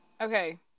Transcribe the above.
Okay